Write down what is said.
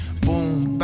boom